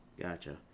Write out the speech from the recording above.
Gotcha